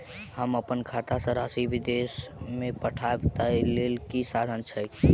हम अप्पन खाता सँ राशि विदेश मे पठवै ताहि लेल की साधन छैक?